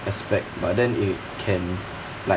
aspect but then it can like